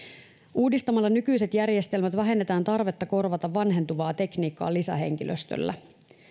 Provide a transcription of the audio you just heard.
uudistamalla nykyiset järjestelmät vähennetään tarvetta korvata vanhentuvaa tekniikkaa lisähenkilöstöllä